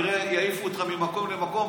אתה תראה, יעיפו אותך ממקום למקום.